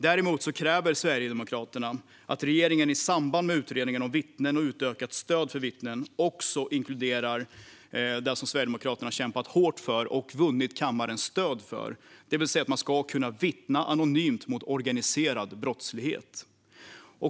Däremot kräver Sverigedemokraterna att regeringen i samband med utredningen om vittnen och utökat stöd för vittnen också inkluderar något som Sverigedemokraterna kämpat hårt för och vunnit kammarens stöd för: att man ska kunna vittna anonymt mot organiserad brottslighet.